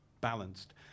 balanced